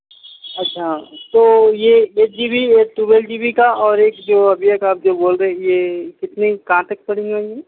اچھا تو یہ ایٹ جی بی ایک ٹویل جی بی کا اور ایک جو ابھی ایک آپ جو بول رہے یہ کتنے کہاں تک پڑیں گا یہ